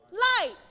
light